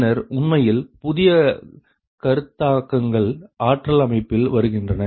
பின்னர் உண்மையில் புதிய கருத்தாக்கங்கள் ஆற்றல் அமைப்பில் வருகின்றன